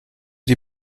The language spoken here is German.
die